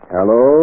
Hello